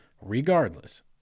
Regardless